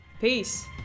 Peace